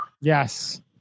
Yes